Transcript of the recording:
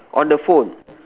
on the phone